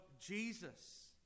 Jesus